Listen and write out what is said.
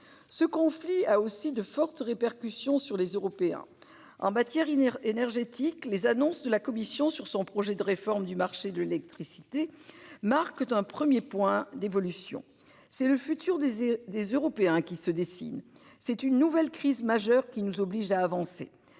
Ce conflit a aussi de fortes répercussions sur les Européens en matière inerte énergétique. Les annonces de la Commission sur son projet de réforme du marché de l'électricité. Marc d'un 1er point d'évolution, c'est le futur des et des Européens qui se dessine. C'est une nouvelle crise majeure qui nous oblige à avancer.